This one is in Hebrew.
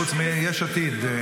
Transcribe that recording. חוץ מיש עתיד,